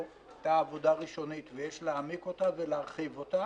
היתה עבודה ראשונית ויש להעמיק אותה ולהרחיב אותה.